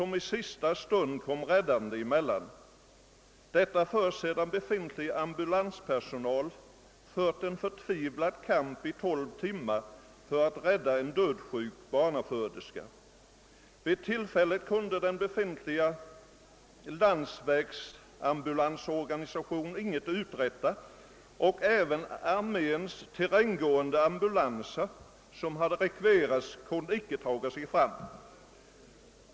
Marinhelikoptern trädde hjälpande emellan, men detta skedde först sedan befintlig ambulanspersonal under tolv timmar fört en förtvivlad kamp för att rädda en dödssjuk barnaföderska. Genom den befintliga landsvägsambulansorganisationen kunde ingenting uträttas, och inte heller arméns terränggående ambulanser kunde ta sig fram till den aktuella platsen.